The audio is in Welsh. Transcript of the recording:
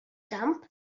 gamp